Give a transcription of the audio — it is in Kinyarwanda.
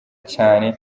cane